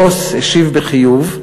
רוס השיב בחיוב,